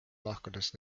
lahkudes